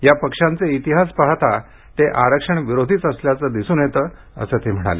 या पक्षांचे इतिहास पाहता ते आरक्षण विरोधीच असल्याचं दिसून येतं असं ते म्हणाले